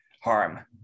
harm